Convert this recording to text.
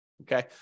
Okay